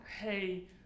hey